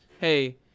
hey